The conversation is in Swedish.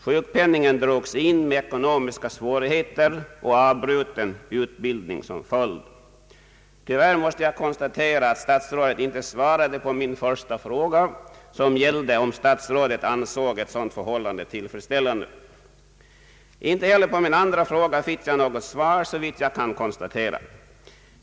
Sjukpenningen drogs in med ekonomiska svårigheter och avbruten utbildning som följd. Tyvärr måste jag konstatera att statsrådet inte svarade på min första fråga, som gällde om statsrådet ansåg ett sådant förhållande tillfredsställande. Inte heller på min andra fråga fick jag något svar, såvitt jag kan konsta tera.